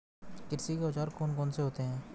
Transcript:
कृषि के औजार कौन कौन से होते हैं?